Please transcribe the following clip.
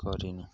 କରିନି